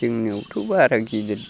जोंनियावथ' बारा गिदिर